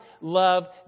love